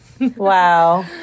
Wow